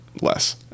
less